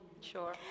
Sure